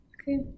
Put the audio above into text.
Okay